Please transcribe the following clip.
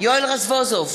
יואל רזבוזוב,